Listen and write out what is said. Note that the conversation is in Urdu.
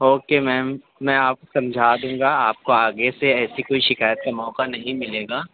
اوکے میم میں اب سمجھا دوں گا آپ کو آگے سے ایسی کوئی شکایت کا موقع نہیں مِلے گا